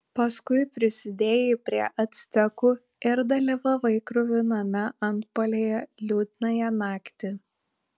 paskui prisidėjai prie actekų ir dalyvavai kruviname antpuolyje liūdnąją naktį